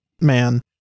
Man